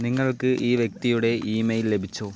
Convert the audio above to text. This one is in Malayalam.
നിങ്ങൾക്ക് ഈ വ്യക്തിയുടെ ഇമെയിൽ ലഭിച്ചോ